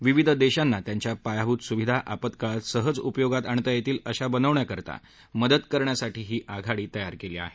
विविध देशांना त्यांच्या पायाभूत सुविधा आपत्काळात सहज उपयोगात आणता येतील अशा बनवण्याकरता मदत करण्यासाठी ही आघाडी तयार केली आहे